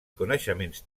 coneixements